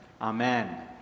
Amen